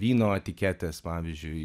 vyno etiketes pavyzdžiui